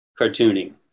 cartooning